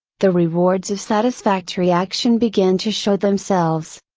the rewards of satisfactory action begin to show themselves.